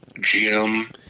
Jim